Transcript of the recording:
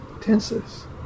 tenses